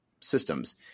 systems